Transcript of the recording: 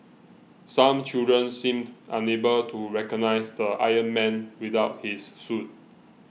some children seemed unable to recognise the Iron Man without his suit